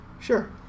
Sure